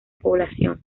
población